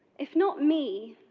if not me,